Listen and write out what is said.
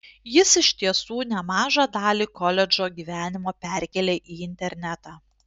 jis iš tiesų nemažą dalį koledžo gyvenimo perkėlė į internetą